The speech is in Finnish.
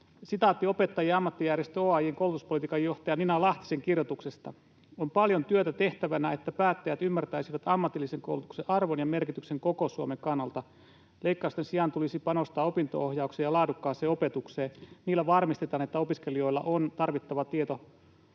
Sitaatti Opettajien ammattijärjestö OAJ:n koulutuspolitiikan johtaja Nina Lahtisen kirjoituksesta: ”On paljon työtä tehtävänä, että päättäjät ymmärtäisivät ammatillisen koulutuksen arvon ja merkityksen koko Suomen kannalta. Leikkausten sijaan tulisi panostaa opinto-ohjaukseen ja laadukkaaseen opetukseen. Niillä varmistetaan, että opiskelijoilla on tarvittava tieto